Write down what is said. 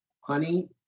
honey